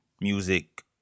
music